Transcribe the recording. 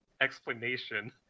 explanation